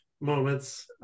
moments